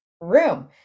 room